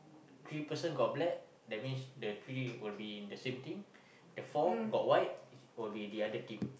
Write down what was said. three person got black that means the three will be in the same team the four got white will be the other team